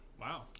Wow